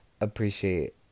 appreciate